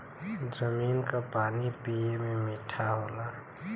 जमीन क पानी पिए में मीठा होला